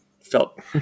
felt